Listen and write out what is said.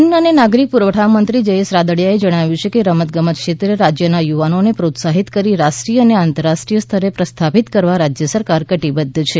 અન્ન અને નાગરિક પુરવઠા મંત્રી જયેશ રાદડિયાએ જણાવ્યું છે કે રમતગમત ક્ષેત્રે રાજ્યના યુવાનોને પ્રોત્સાહિત કરી રાષ્ટ્રીય અને આંતરરાષ્ટ્રીય સ્તરે પ્રસ્થાપિત કરવા રાજ્ય સરકાર કટિબદ્ધ છે